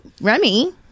Remy